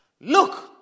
Look